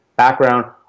background